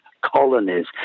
colonies